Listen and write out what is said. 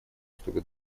чтобы